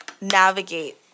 navigate